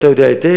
ואתה יודע היטב,